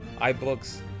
iBooks